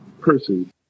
person